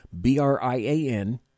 B-R-I-A-N